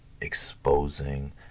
exposing